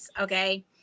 Okay